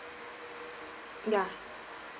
yeah